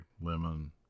lemon